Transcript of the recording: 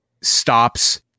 stops